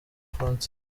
francis